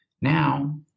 now